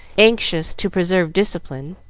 anxious to preserve discipline.